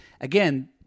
Again